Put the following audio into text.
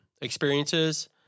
experiences